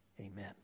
amen